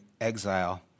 exile